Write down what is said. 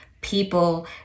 people